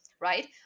right